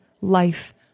life